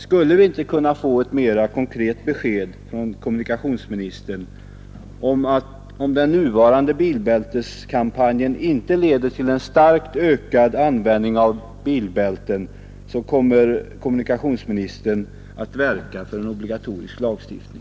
Skulle vi inte kunna få ett mera konkret besked av kommunikationsministern: Om den nuvarande bilbälteskampanjen inte leder till en starkt ökad användning av bilbälten, kommer kommunikationsministern då att verka för en obligatorisk lagstiftning?